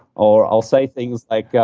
or i'll say things like,